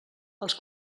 els